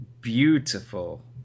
beautiful